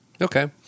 Okay